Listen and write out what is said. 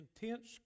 intense